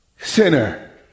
sinner